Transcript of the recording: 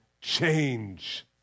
change